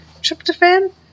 tryptophan